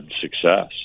success